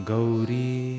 Gauri